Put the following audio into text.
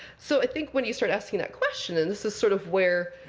so i think when you start asking that question and this is sort of where,